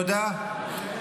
תודה.